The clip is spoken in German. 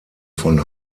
von